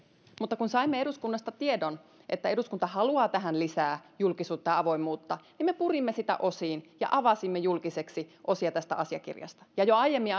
mutta kun saimme eduskunnasta tiedon että eduskunta haluaa tähän lisää julkisuutta ja avoimuutta niin me purimme sitä osiin ja avasimme julkiseksi osia tästä asiakirjasta ja jo aiemmin